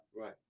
Right